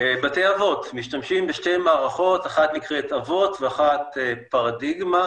בתי אבות משתמשים בשתי מערכות אחת נקראת 'אבות' ואחת 'פרדיגמה',